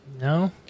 No